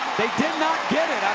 they did not get it.